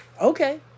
Okay